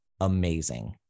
amazing